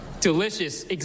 delicious